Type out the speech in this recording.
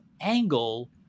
angle